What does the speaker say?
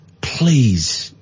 please